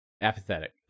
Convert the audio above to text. apathetic